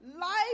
life